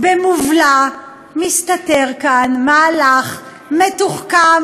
במובלע מסתתר כאן מהלך מתוחכם,